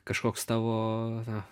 kažkoks tavo